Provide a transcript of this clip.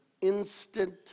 instant